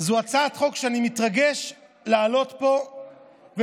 זו הצעת חוק שאני מתרגש להעלות פה ולהציע.